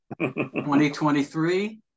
2023